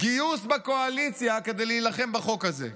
גיוס בקואליציה כדי להילחם בחוק הזה.